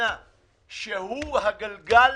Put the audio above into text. הגלגל